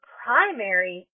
primary